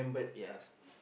yes